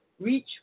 Reach